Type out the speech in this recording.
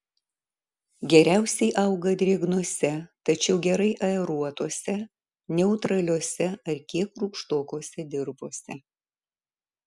geriausiai auga drėgnose tačiau gerai aeruotose neutraliose ar kiek rūgštokose dirvose